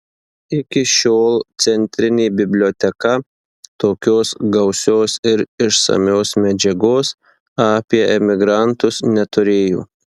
iki šiol centrinė biblioteka tokios gausios ir išsamios medžiagos apie emigrantus neturėjo